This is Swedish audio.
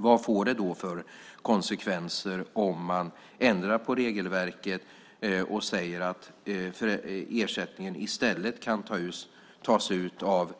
Vad får det då för konsekvenser om man ändrar på regelverket och säger att ersättningen i stället kan tas ut av